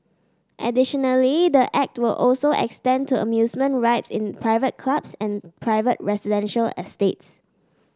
additionally the Act will also extend to amusement rides in private clubs and private residential estates